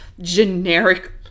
generic